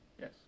Yes